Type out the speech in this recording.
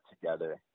together